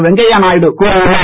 வெங்கையாநாயுடு கூறியுள்ளார்